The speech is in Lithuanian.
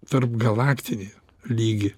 tarpgalaktinį lygį